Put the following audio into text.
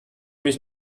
mich